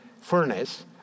furnace